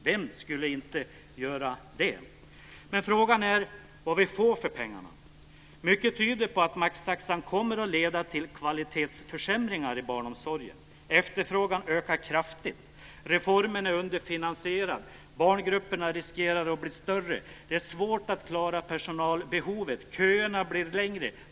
Vem skulle inte göra det? Men frågan är vad vi får för pengarna. Mycket tyder på att maxtaxan kommer att leda till kvalitetsförsämringar i barnomsorgen. Efterfrågan ökar kraftigt, reformen är underfinansierad, barngrupperna riskerar att bli större, det är svårt att klara personalbehovet, köerna blir längre.